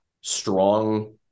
strong